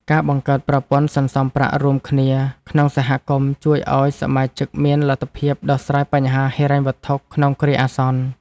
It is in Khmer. ការបង្កើតប្រព័ន្ធសន្សំប្រាក់រួមគ្នាក្នុងសហគមន៍ជួយឱ្យសមាជិកមានលទ្ធភាពដោះស្រាយបញ្ហាហិរញ្ញវត្ថុក្នុងគ្រាអាសន្ន។